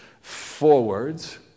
forwards